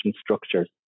structures